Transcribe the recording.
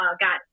got